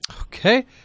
Okay